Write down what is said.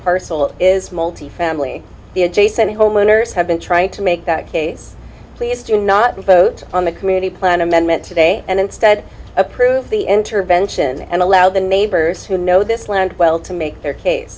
parcel is multifamily the adjacent homeowners have been trying to make that case please do not vote on the community plan amendment today and instead approve the intervention and allow the neighbors who know this land well to make their case